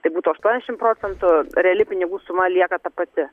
tai būtų aštuoniasdešimt procentų reali pinigų suma lieka ta pati